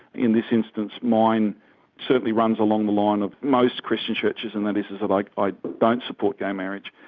in this instance mine certainly runs along the line of most christian churches, and that is is that like i don't support gay marriage.